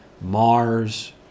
Mars